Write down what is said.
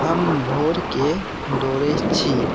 हम भोरके दौड़ै छी